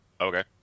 Okay